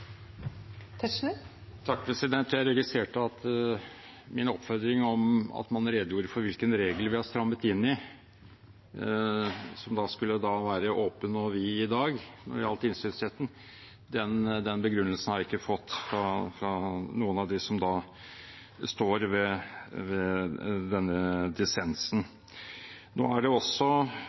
Jeg registrerte at når det gjelder min oppfordring om at man redegjorde for hvilke regler vi har strammet inn i – når det gjaldt innsynsretten, som da skulle være åpen og vid i dag – har jeg ikke fått den begrunnelsen fra noen av dem som står ved denne dissensen.